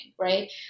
right